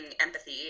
empathy